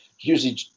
Usually